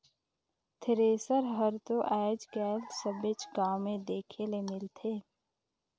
thresher हर दो आएज काएल सबेच गाँव मे देखे ले मिलथे